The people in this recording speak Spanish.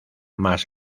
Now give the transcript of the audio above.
más